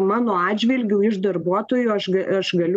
mano atžvilgiu iš darbuotojų aš aš galiu